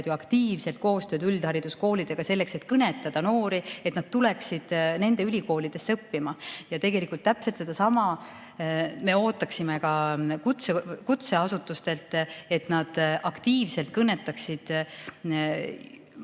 aktiivset koostööd üldhariduskoolidega selleks, et kõnetada noori, et nad tuleksid nende ülikoolidesse õppima. Ja täpselt sedasama me ootame ka kutseõppeasutustelt, et nad aktiivselt kõnetaksid